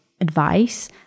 advice